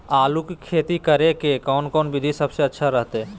आलू की खेती करें के कौन कौन विधि सबसे अच्छा रहतय?